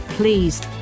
Please